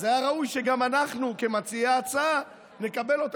אז היה ראוי שאנחנו, כמציעי ההצעה, נקבל אותה.